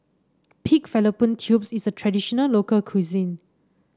Pig Fallopian Tubes is a traditional local cuisine